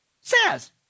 says